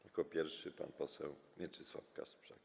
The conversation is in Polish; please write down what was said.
Jako pierwszy pan poseł Mieczysław Kasprzak.